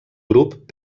grup